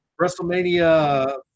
WrestleMania